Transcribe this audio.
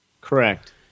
correct